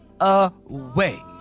away